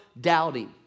doubting